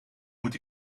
moet